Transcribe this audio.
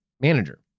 manager